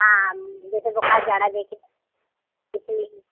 हाँ जैसे बुखार जाड़ा देकर जैसे